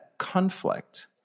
conflict